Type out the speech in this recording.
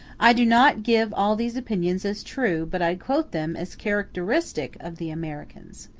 i do not give all these opinions as true, but i quote them as characteristic of the americans.